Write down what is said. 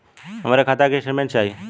हमरे खाता के स्टेटमेंट चाही?